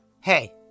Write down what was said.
hey